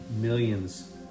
millions